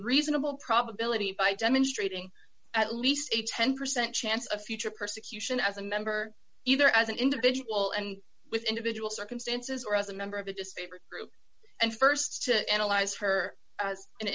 reasonable probability by demonstrating at least a ten percent chance of future persecution as a member either as an individual and with individual circumstances or as a member of a disparate group and st to analyze her as an